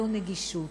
זו נגישות.